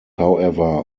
however